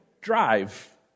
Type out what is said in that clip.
drive